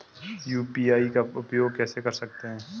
UPI का उपयोग कैसे कर सकते हैं?